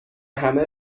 همه